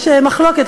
יש מחלוקת.